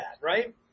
right